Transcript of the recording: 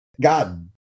God